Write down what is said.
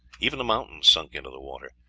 even the mountains sunk into the water,